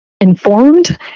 informed